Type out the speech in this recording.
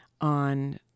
on